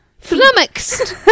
Flummoxed